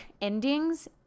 endings